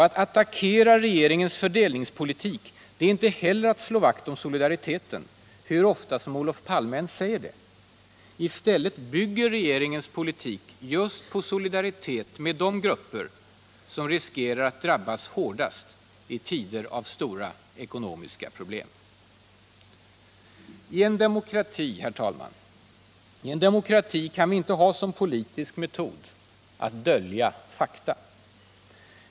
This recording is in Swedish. Att attackera regeringens fördelningspolitik är inte heller att slå vakt om solidariteten, hur ofta Olof Palme än säger det — i stället bygger regeringens politik just på solidaritet med de grupper som riskerar att drabbas hårdast i tider av stora ekonomiska problem. I en demokrati kan vi inte ha som politisk metod att dölja fakta.